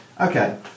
Okay